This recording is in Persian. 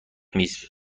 میز